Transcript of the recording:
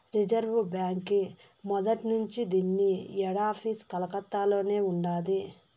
reserve బాంకీ మొదట్నుంచీ దీన్ని హెడాపీసు కలకత్తలోనే ఉండాది